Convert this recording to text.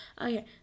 okay